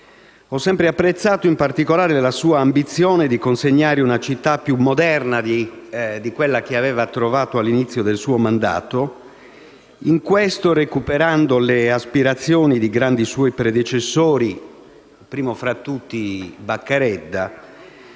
Ho sempre apprezzato, in particolare, la sua ambizione di consegnare una città più moderna di quella che aveva trovato all'inizio del suo mandato (in questo recuperando le aspirazioni di grandi suoi predecessori, primo fra tutti Bacaredda)